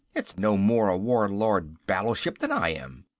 it's no more a warlord battleship than i am.